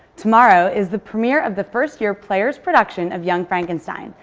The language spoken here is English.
tomorrow is the premier of the first year players' production of young frankenstein.